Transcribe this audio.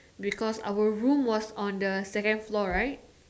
because our room was on the second floor right